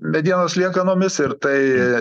medienos liekanomis ir tai